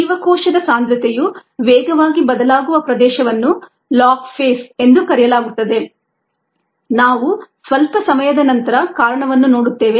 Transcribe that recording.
ಜೀವಕೋಶದ ಸಾಂದ್ರತೆಯು ವೇಗವಾಗಿ ಬದಲಾಗುವ ಪ್ರದೇಶವನ್ನು ಲಾಗ್ ಫೇಸ್ ಎಂದು ಕರೆಯಲಾಗುತ್ತದೆ ನಾವು ಸ್ವಲ್ಪ ಸಮಯದ ನಂತರ ಕಾರಣವನ್ನು ನೋಡುತ್ತೇವೆ